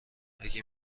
اگه